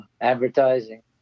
advertising